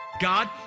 God